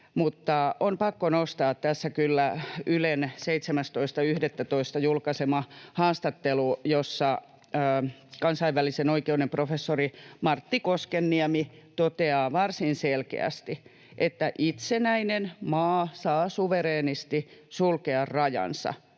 Mutta on pakko nostaa tässä kyllä Ylen 17.11. julkaisema haastattelu, jossa kansainvälisen oikeuden professori Martti Koskenniemi toteaa varsin selkeästi, että ”itsenäinen maa saa suvereenisti sulkea rajansa